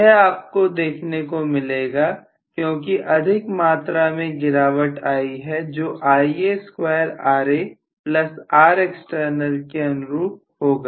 यह आपको देखने को मिलेगा क्योंकि अधिक मात्रा में गिरावट आई है जो Ia square Ra plus Rext के अनुरूप होगा